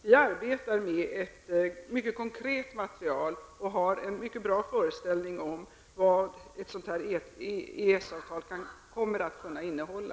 Vi arbetar med ett mycket konkret material och har en mycket bra föreställning om vad ett EES-avtal kommer att kunna innehålla.